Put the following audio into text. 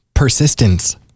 Persistence